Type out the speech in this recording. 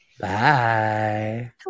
Bye